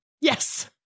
Yes